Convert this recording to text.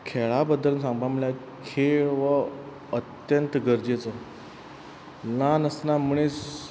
खेळा बद्दल सांगपा म्हळ्यार खेळ हो अत्यंत गरजेचो ल्हान आसतना मनीस